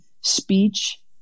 speech